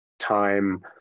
time